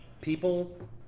people